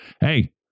Hey